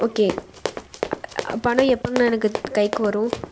okay பணம் எப்பங்கண்ணா எனக்கு கைக்கு வரும்